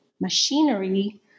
machinery